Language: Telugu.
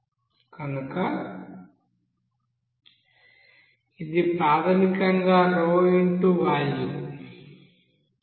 కనుక ఇది ప్రాథమికంగాxవాల్యూం ఇది ఎంత